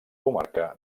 comarca